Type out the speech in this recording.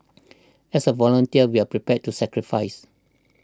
as a volunteer we are prepared to sacrifice